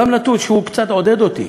עוד נתון שקצת עודד אותי: